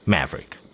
Maverick